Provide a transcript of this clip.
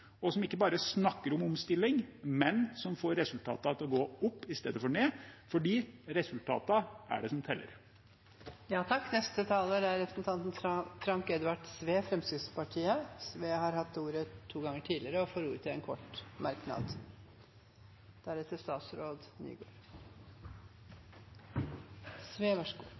og ikke bare snakker om omstilling, men som får resultatene til å gå opp i stedet for ned, for resultatene er det som teller. Representanten Frank Edvard Sve har hatt ordet to ganger tidligere og får ordet til en kort merknad,